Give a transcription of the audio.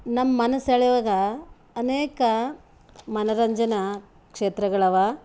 ನಮ್ಮ ಮನಸೆಳೆವಾಗ ಅನೇಕ ಮನೋರಂಜನಾ ಕ್ಷೇತ್ರಗಳವೆ